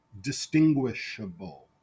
distinguishable